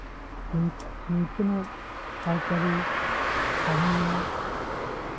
ᱱᱤᱝᱠᱟᱹᱱᱟᱜ ᱟᱹᱨᱤ ᱪᱟᱹᱞᱤ ᱛᱟᱦᱮᱱ ᱢᱟ